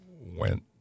went